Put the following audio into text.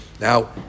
Now